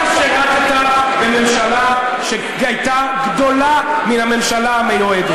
אתה שֵירתָּ בממשלה שהייתה גדולה מן הממשלה המיועדת.